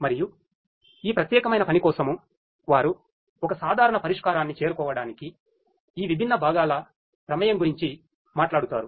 మరియు ఈ ప్రత్యేకమైన పని కోసము వారు ఒక సాధారణ పరిష్కారాన్ని చేరుకోవడానికి ఈ విభిన్న భాగాల ప్రమేయం గురించి మాట్లాడుతారు